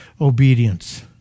obedience